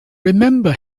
remember